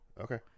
Okay